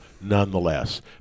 nonetheless